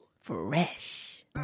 fresh